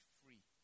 free